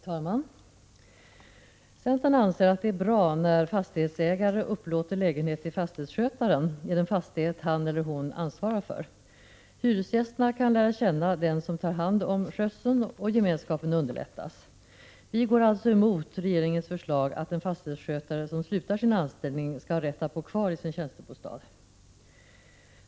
Fru talman! Centern anser att det är bra när fastighetsägare upplåter lägenhet till fastighetsskötaren i den fastighet han eller hon ansvarar för. Hyresgästerna kan lära känna den som har hand om skötseln, och gemenskapen underlättas. Vi går alltså emot regeringens förslag att en fastighetsskötare som slutar sin anställning skall ha rätt att bo kvar i sin tjänstebostad.